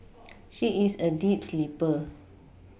she is a deep sleeper